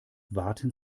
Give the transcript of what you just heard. waten